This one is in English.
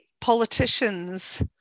politicians